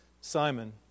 Simon